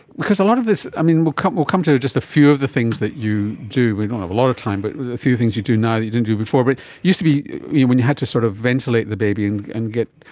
because a lot of this, i mean, we'll come we'll come to to just a few of the things that you do, we don't have a lot of time, but a few things you do now that you didn't do before, but it used to be when you had to sort of ventilate the baby and and get,